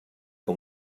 que